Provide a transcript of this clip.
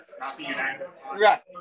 Right